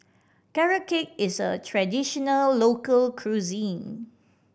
Carrot Cake is a traditional local cuisine